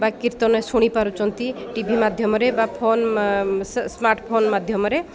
ବା କୀର୍ତ୍ତନ ଶୁଣି ପାରୁଛନ୍ତି ଟିଭି ମାଧ୍ୟମରେ ବା ଫୋନ ସ୍ମାର୍ଟଫୋନ ମାଧ୍ୟମରେ